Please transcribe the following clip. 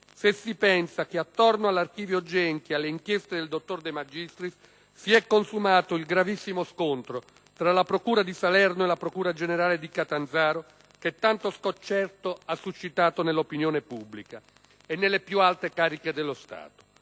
se si pensa che attorno all'archivio Genchi e alle inchieste del dottor De Magistris si è consumato il gravissimo scontro tra la procura di Salerno e la procura generale di Catanzaro che tanto sconcerto ha suscitato nell'opinione pubblica e nelle più alte cariche dello Stato.